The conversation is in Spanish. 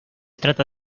trata